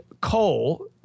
coal